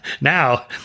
Now